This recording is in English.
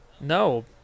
no